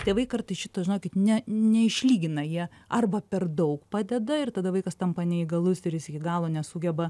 tėvai kartais šitą žinokit ne neišlygina jie arba per daug padeda ir tada vaikas tampa neįgalus ir jis iki galo nesugeba